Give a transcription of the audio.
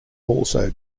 also